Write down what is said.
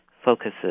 Focuses